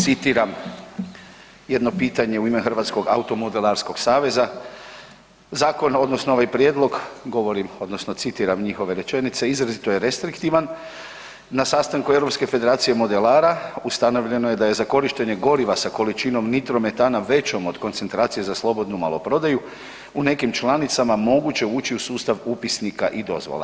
Citiram jedno pitanje u ime Hrvatskog automodelarskog saveza, zakon odnosno ovaj prijedlog govorim, odnosno citiram njihove rečenice, izrazito je restriktivan, na sastanku Europske federacije modelara ustanovljeno je da je za korištenje goriva sa količinom nitro metana većom od koncentracije za slobodnu maloprodaju, u nekim članicama moguće ući u sustav upisnika i dozvola.